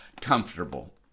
comfortable